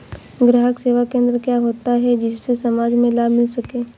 ग्राहक सेवा केंद्र क्या होता है जिससे समाज में लाभ मिल सके?